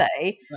say